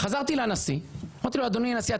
חזרתי לנשיא ואמרתי לו: אדוני הנשיא,